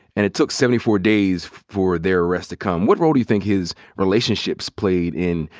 and it took seventy four days for their arrest to come. what role do you think his relationships played in,